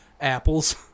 apples